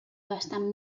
bastant